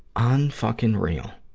un-fucking-real!